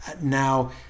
Now